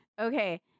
Okay